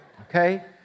Okay